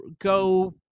go